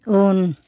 उन